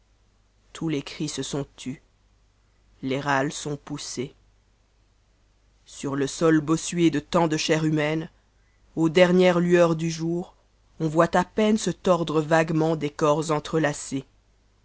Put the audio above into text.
tous les cris se sont tus les rmes sont poussés sur le sol bossue de tant de chair humaine aax dernières lueurs du jour on voit à peine e tordre vaguement des corps entretacés